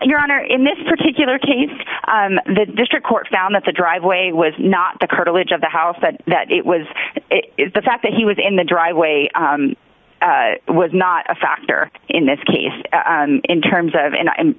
your honor in this particular case the district court found that the driveway was not the curtilage of the house that that it was is the fact that he was in the driveway and was not a factor in this case in terms of and and